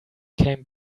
came